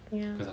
ya